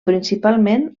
principalment